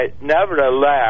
nevertheless